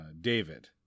David